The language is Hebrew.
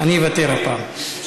אני אוותר הפעם.